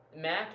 mac